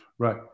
Right